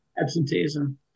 absenteeism